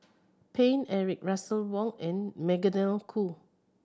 Paine Eric Russel Wong and Magdalene Khoo